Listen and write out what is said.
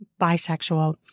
bisexual